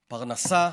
פרנסה,